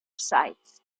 sites